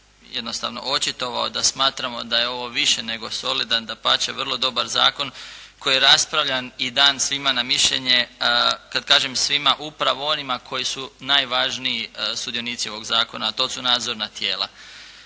jednostavno očitovao da smatramo da je ovo više nego solidan, dapače vrlo dobar zakon koji je raspravljan i dan svima na mišljenje. Kada kažem svima, upravo onima koji su najvažniji sudionici ovog zakona, a to su nadzorna tijela,